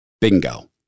Bingo